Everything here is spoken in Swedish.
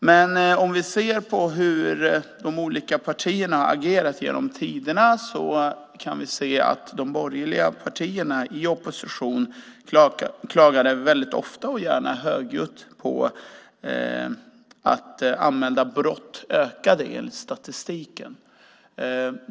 Men om vi ser på hur de olika partierna har agerat genom tiderna kan vi se att de borgerliga partierna i opposition klagade ofta och gärna högljutt på att antalet anmälda brott ökade enligt statistiken.